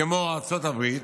כמו ארצות הברית,